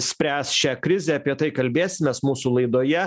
spręs šią krizę apie tai kalbėsimės mūsų laidoje